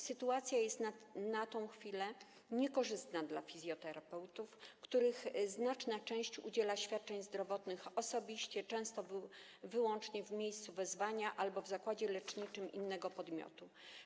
Sytuacja jest na tę chwilę niekorzystna dla fizjoterapeutów, których znaczna część udziela świadczeń zdrowotnych osobiście, często wyłącznie w miejscu wezwania albo w zakładzie leczniczym innego podmiotu.